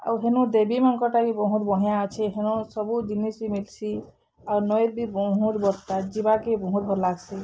ଆଉ ହେନୁ ଦେବୀମାଁଙ୍କର୍ଟା ବି ବହୁତ୍ ବଢ଼ିଆଁ ଅଛେ ହେନୁ ସବୁ ଜିନିଷ୍ ବି ମିଲ୍ସି ଆଉ ନଈ ବି ବହୁତ ବଡ଼୍ଟା ଯିବାକେ ବହୁତ୍ ଭଲ୍ ଲାଗ୍ସି